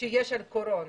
שיש בעידן הקורונה.